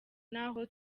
naho